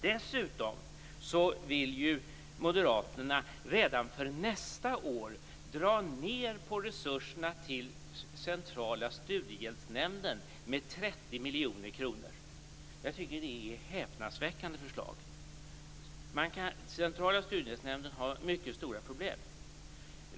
Dessutom vill moderaterna redan för nästa år dra ned på resurserna till Centrala studiemedelsnämnden med 30 miljoner kronor. Jag tycker att det är ett häpnadsväckande förslag. Centrala studiemedelsnämnden har mycket stora problem.